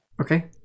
Okay